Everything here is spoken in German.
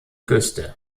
küste